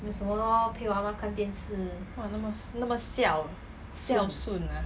!wah! 那么孝孝顺 ah